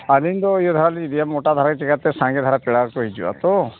ᱟᱹᱵᱤᱱ ᱫᱚ ᱤᱭᱟᱹ ᱫᱷᱟᱨᱟ ᱞᱤᱧ ᱤᱫᱤᱭᱟ ᱢᱳᱴᱟᱫᱷᱟᱨᱟ ᱪᱤᱠᱟᱛᱮ ᱥᱟᱸᱜᱮ ᱫᱷᱟᱨᱟ ᱯᱮᱲᱟ ᱠᱚᱠᱚ ᱦᱤᱡᱩᱜᱼᱟ ᱛᱚ